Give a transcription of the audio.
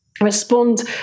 respond